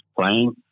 playing